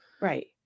Right